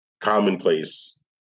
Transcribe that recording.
commonplace